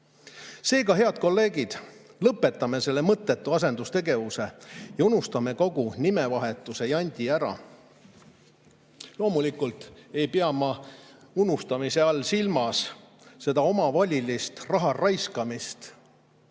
nõustu. Seega, head kolleegid, lõpetame selle mõttetu asendustegevuse ja unustame kogu nimevahetuse jandi ära! Loomulikult ei pea ma unustamise all silmas seda omavolilist raha raiskamist.